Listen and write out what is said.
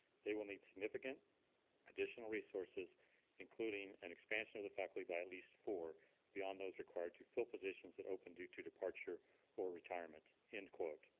they will need significant additional resources including an expansion to the faculty by at least four beyond those required to fill positions that open due to departure for retirement, end quote.